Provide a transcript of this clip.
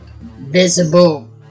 Visible